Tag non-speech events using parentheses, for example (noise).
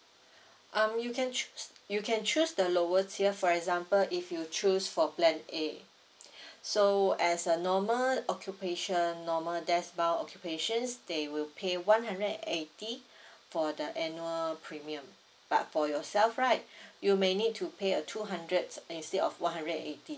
um you can choose you can choose the lower tier for example if you choose for plan A (breath) so as a normal occupation normal desk bound occupations they will pay one hundred and eighty (breath) for the annual premium but for yourself right (breath) you may need to pay a two hundred instead of one hundred and eighty